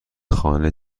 خانه